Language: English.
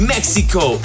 Mexico